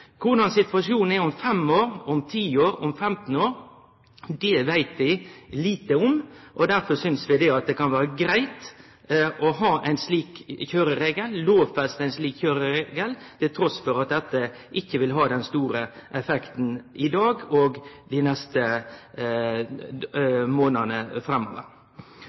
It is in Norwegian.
Korleis situasjonen er om fem år, om ti år, om femten år, veit vi lite om, derfor synest vi at det kan vere greitt å ha ein slik kjøreregel, og lovfeste ein slik kjøreregel, trass i at dette ikkje vil ha den store effekten i dag og dei neste månadene framover.